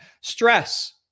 stress